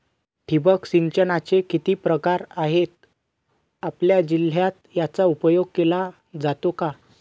ठिबक सिंचनाचे किती प्रकार आहेत? आपल्या जिल्ह्यात याचा उपयोग केला जातो का?